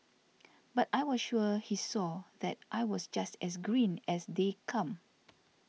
but I was sure he saw that I was just as green as they come